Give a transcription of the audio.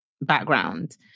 background